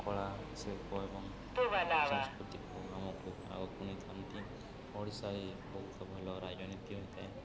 କଳା ଶିଳ୍ପ ଏବଂ ସଂସ୍କୃତିକୁ ଆମକୁ ଆଗକୁ ନେଇଥାନ୍ତି ଓଡ଼ିଶାରେ ବହୁତ ଭଲ ରାଜନୀତି ହୋଇଥାଏ